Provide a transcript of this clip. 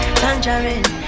tangerine